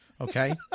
Okay